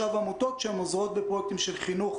עמותות שעוזרות בפרויקטים של חינוך,